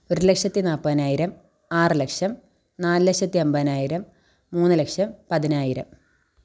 ഒരു ലക്ഷത്തി നാല്പതിനായിരം ആറ് ലക്ഷം നാല് ലക്ഷത്തി അമ്പതിനായിരം മൂന്ന് ലക്ഷം പതിനായിരം